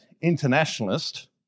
internationalist